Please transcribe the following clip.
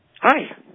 Hi